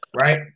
right